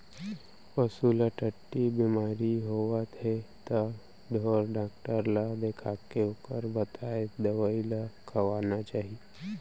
पसू ल टट्टी बेमारी होवत हे त ढोर डॉक्टर ल देखाके ओकर बताए दवई ल खवाना चाही